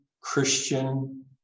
Christian